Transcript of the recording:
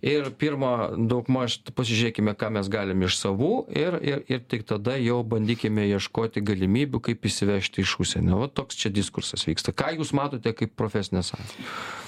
ir pirma daugmaž pasižiūrėkime ką mes galim iš savų ir ir tik tada jau bandykime ieškoti galimybių kaip įsivežti iš užsienio va toks čia diskursas vyksta ką jūs matote kaip profesinė sąjunga